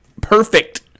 perfect